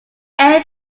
air